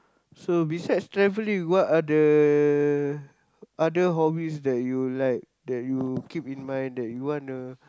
so besides travelling what are the other hobbies that you like that you keep in mind that you wanna